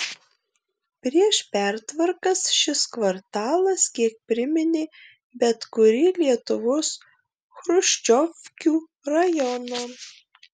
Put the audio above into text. prieš pertvarkas šis kvartalas kiek priminė bet kurį lietuvos chruščiovkių rajoną